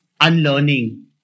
unlearning